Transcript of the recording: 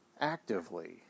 actively